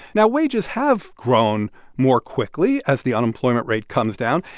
now, wages have grown more quickly as the unemployment rate comes down.